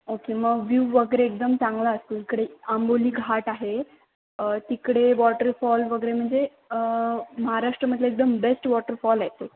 okay मग view वगैरे एकदम चांगला असतो इकडे आंबोली घाट आहे तिकडे वॉटरफॉल वगैरे म्हणजे महाराष्ट्रमधले एकदम बेस्ट वॉटरफॉल आहे ते